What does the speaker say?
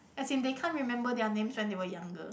as in they can't remember their names when they were younger